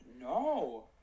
No